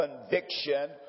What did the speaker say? conviction